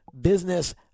business